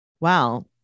Wow